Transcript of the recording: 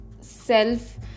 self